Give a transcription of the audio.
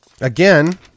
again